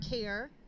care